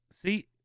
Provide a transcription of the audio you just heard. See